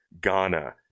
Ghana